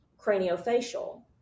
craniofacial